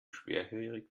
schwerhörig